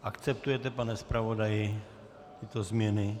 Akceptujete, pane zpravodaji, tyto změny?